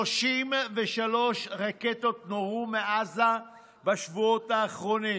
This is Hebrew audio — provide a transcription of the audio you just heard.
33 רקטות נורו מעזה בשבועות האחרונים,